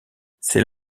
c’est